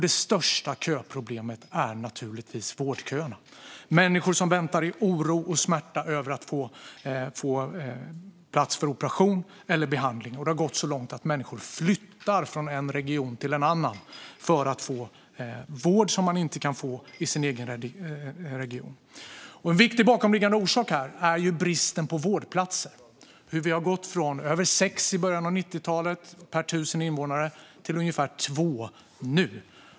Det största köproblemet är naturligtvis vårdköerna. Människor väntar i oro och smärta på att få plats för operation eller behandling. Det har gått så långt att människor flyttar från en region till en annan för att få vård som de inte kan få i sin egen region. En viktig bakomliggande orsak är bristen på vårdplatser. Vi har gått från över sex platser per 1 000 invånare i början av 90-talet till ungefär två nu.